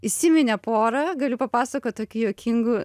įsiminė pora galiu papasakot tokių juokingų